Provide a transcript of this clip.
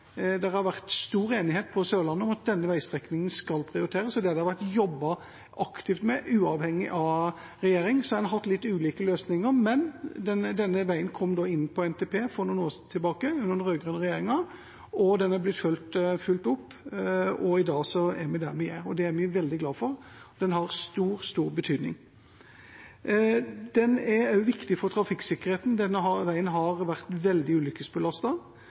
Det har vært stor enighet på Sørlandet om at denne veistrekningen skal prioriteres, og det har det vært jobbet aktivt med uavhengig av regjering. En har hatt litt ulike løsninger, men denne veien kom for noen år siden tilbake i NTP under den rød-grønne regjeringa, og den har blitt fulgt opp. I dag er vi der vi er, og det er vi veldig glad for. Den har stor, stor betydning. Det er også viktig for trafikksikkerheten. Denne veien har vært veldig